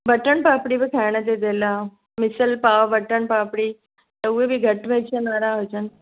button पापड़ी बि खाइण जो दिलि आहे मिसल पाव बटन पापड़ी त उहे बि घटि मिर्चनि वारा हुजनि